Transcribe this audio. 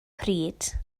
pryd